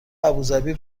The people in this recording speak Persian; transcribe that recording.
ابوذبی